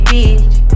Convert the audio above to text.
Beach